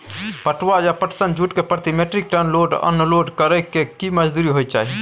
पटुआ या पटसन, जूट के प्रति metric tonne load unload करै के की मजदूरी होय चाही?